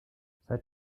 seit